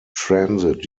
transit